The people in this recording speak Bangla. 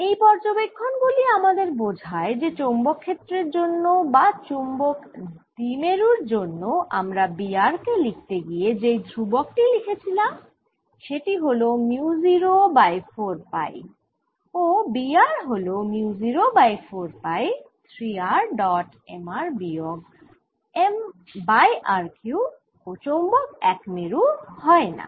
এই পর্যবেক্ষণ গুলি আমাদের বোঝায় যে চৌম্বক ক্ষেত্রের জন্য বা চৌম্বক দ্বিমেরুর জন্য আমরা B r কে লিখতে গিয়ে যেই ধ্রুবক টি লিখেছিলাম সেটি হল মিউ 0 বাই 4 পাই ও B r হল mu 0 by 4 pi 3 r dot m r বিয়োগ m বাই r কিউব ও চৌম্বক একমেরু হয়না